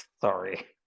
Sorry